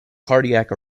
cardiac